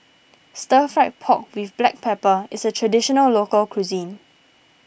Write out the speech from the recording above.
Stir Fried Pork with Black Pepper is a Traditional Local Cuisine